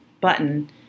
button